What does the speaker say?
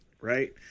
Right